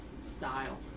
style